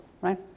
right